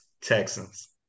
Texans